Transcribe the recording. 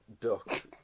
duck